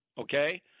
Okay